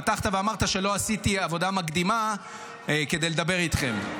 פתחת ואמרת שלא עשיתי עבודה מקדימה כדי לדבר איתכם,